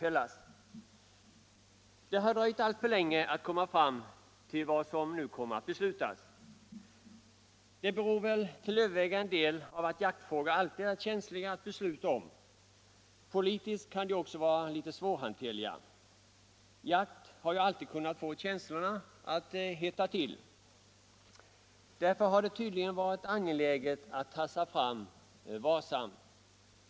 Det har tagit alltför lång tid att komma fram till vad som nu skall beslutas. Det beror väl till övervägande del på att jaktfrågor alltid är känsliga att besluta om. Politiskt kan de också vara litet svårhanterliga. Jakt har ju alltid kunnat få känslorna att hetta till. Därför har det tydligen varit angeläget att tassa fram varsamt.